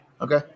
Okay